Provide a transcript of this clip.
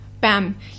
bam